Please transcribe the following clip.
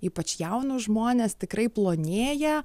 ypač jaunus žmones tikrai plonėja